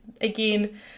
again